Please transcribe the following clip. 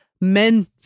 Men